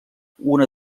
una